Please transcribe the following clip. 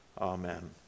Amen